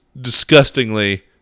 disgustingly